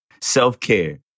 Self-care